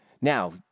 Now